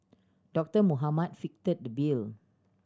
Doctor Mohamed fitted the bill